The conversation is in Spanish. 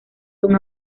son